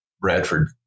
Bradford